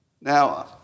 Now